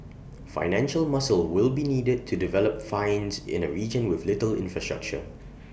financial muscle will be needed to develop finds in A region with little infrastructure